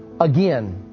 again